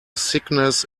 sickness